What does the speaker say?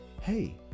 hey